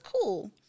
cool